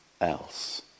else